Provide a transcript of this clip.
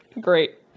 Great